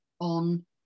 on